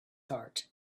heart